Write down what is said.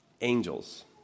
Angels